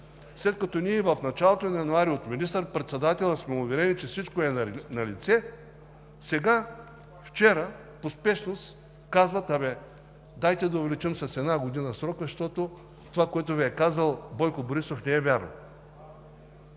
след като ние в началото на месец януари сме уверени от министър-председателя, че всичко е налице, вчера, по спешност казват: абе, дайте да увеличим с една година срока, защото това, което Ви е казал Бойко Борисов, не е вярно.